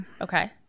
Okay